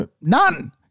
None